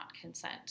consent